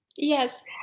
Yes